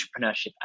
entrepreneurship